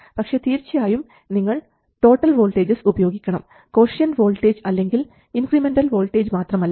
പക്ഷേ തീർച്ചയായും നിങ്ങൾ ടോട്ടൽ വോൾട്ടേജസ് ഉപയോഗിക്കണം കോഷ്യൻറ് വോൾട്ടേജ് അല്ലെങ്കിൽ ഇൻക്രിമെൻറൽ വോൾട്ടേജ് മാത്രമല്ല